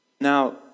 Now